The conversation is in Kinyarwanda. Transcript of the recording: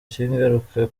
kigaruka